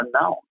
Unknown